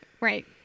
right